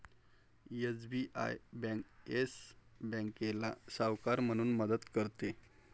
SBI bank Yes बँकेला सावकार म्हणून मदत करते